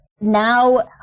now